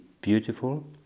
beautiful